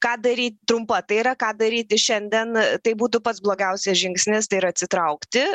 ką daryt trumpa tai yra ką daryt šiandien tai būtų pats blogiausias žingsnis tai yra atsitraukti